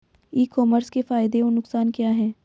E commerce के फायदे और नुकसान क्या हैं?